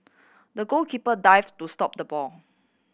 the goalkeeper dived to stop the ball